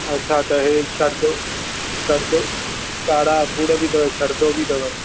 अछा त हे शरदो शरदो कारा अंगूर बि अथव शरदो बि अथव